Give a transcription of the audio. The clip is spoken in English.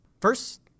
First